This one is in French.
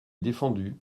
défendu